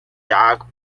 dark